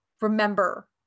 remember